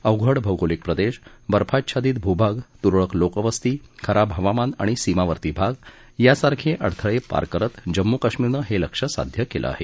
अवघड भौगोलिक प्रदेश बर्फाच्छादित भूभाग तुरळक लोकवस्ती खराब हवामान आणि सीमावर्ती भाग यासारखे अडथळे पार करत जम्मू कश्मीरनं हे लक्ष्य साध्य केलं आहे